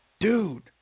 dude